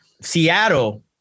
Seattle